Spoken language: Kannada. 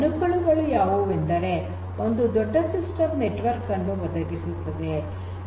ಅನುಕೂಲಗಳು ಯಾವುವೆಂದರೆ ಇದು ದೊಡ್ಡ ಸಿಸ್ಟಮ್ ನೆಟ್ವರ್ಕ್ ಅನ್ನು ಒದಗಿಸುತ್ತದೆ